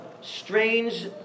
strange